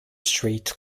street